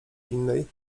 innej